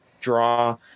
draw